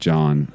John